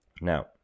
now